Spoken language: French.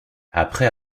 après